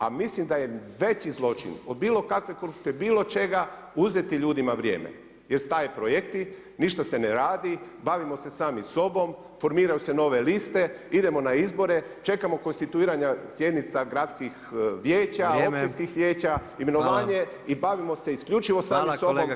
A mislim da je veći zločin od bilo kakve … bilo čega uzeti ljudima vrijeme jer staju projekti, ništa se ne radi, bavimo se sami sobom, formiraju se nove liste, idemo na izbore, čekamo konstituiranja sjednica gradskih vijeća, općinskih vijeća [[Upadica predsjednik: Vrijeme.]] imenovanje i bavimo se isključivo sami sobom, a projekti stoje.